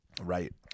right